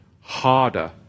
harder